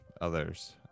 others